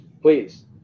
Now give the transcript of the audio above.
please